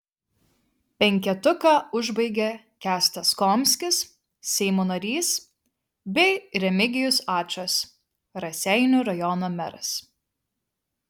penketuką užbaigia kęstas komskis seimo narys bei remigijus ačas raseinių rajono meras